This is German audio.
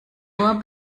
nur